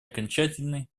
окончательный